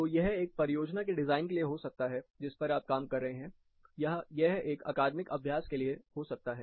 तो यह एक परियोजना के डिजाइन के लिए हो सकता है जिस पर आप काम कर रहे हैं या यह एक अकादमिक अभ्यास के लिए हो सकता है